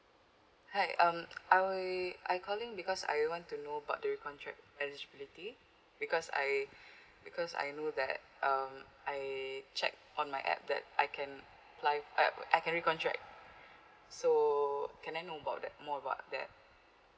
hi um I wi~ I calling because I want to know about the recontract eligibility because I because I know that um I check on my app that I can apply uh I can recontract so can I know about that more about that